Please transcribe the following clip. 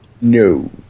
No